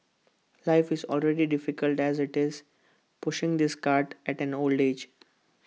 life is already difficult as IT is pushing this cart at an old age